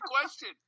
question